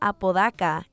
Apodaca